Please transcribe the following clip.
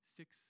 six